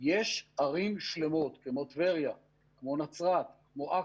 יש ערים שלמות, כמו טבריה, נצרת, עכו,